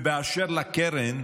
ובאשר לקרן,